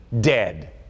dead